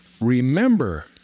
remember